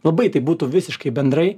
labai tai būtų visiškai bendrai